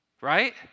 Right